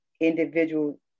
individual